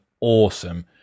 awesome